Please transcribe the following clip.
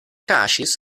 kaŝis